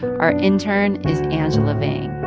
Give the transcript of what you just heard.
our intern is angela vang